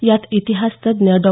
यात इतिहास तज्ज्ञ डॉ